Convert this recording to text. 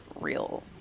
real